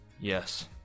Yes